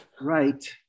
Right